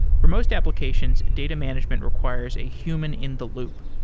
for most applications, data management requires a human in the loop.